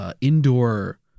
indoor